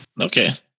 Okay